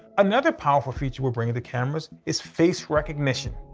another powerful feature we're bringing to cameras is face recognition.